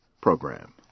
program